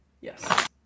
Yes